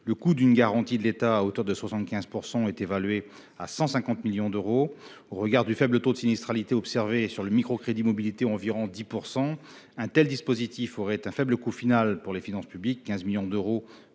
le coût d'une garantie de l'État à hauteur de 75 % s'élève à 150 millions d'euros. Au regard du faible taux de sinistralité observé sur le microcrédit-mobilité- environ 10 %-, un tel dispositif aurait un faible coût final pour les finances publiques : 15 millions d'euros